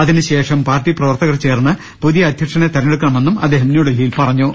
അതിനുശേഷം പാർട്ടി പ്രവർത്തകർ ചേർന്ന് പുതിയ അധ്യക്ഷനെ തെര ഞ്ഞെടുക്കണമെന്നും അദ്ദേഹം ന്യൂഡൽഹിയിൽ പറഞ്ഞു